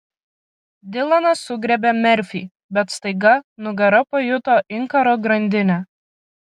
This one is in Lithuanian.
dilanas sugriebė merfį bet staiga nugara pajuto inkaro grandinę